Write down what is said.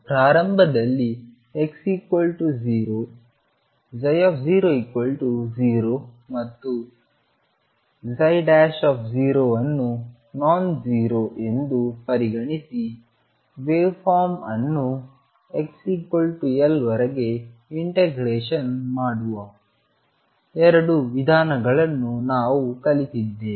ಪ್ರಾರಂಭದಲ್ಲಿ X0 ψ0 ಮತ್ತು ψ ಅನ್ನು ನೋನ್ ಜೀರೋ ಎಂದು ಪರಿಗಣಿಸಿ ವೇವ್ ಫಾರ್ಮ್ ಅನ್ನು xL ವರೆಗೆ ಇಂಟಿಗ್ರೇಷನ್ ಮಾಡುವ ಎರಡು ವಿಧಾನಗಳನ್ನು ನಾವು ಕಲಿತಿದ್ದೇವೆ